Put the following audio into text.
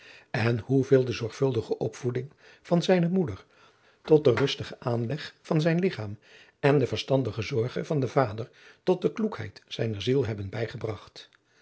en hoeveel de zorgvuldige opvoeding van zijne moeder tot den rustigen aanleg van zijn ligchaam en de verstandige zorge van den vader tot de kloekheid zijner ziel hebben bijgebragt